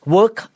Work